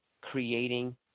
creating